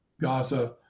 gaza